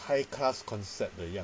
high class concept 的样